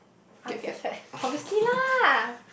I will get fat obviously lah